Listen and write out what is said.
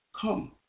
come